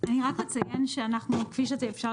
"הנחיות אימ"ו לעניין טופס הודעה